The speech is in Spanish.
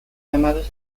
llamados